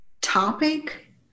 topic